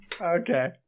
Okay